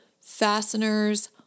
fasteners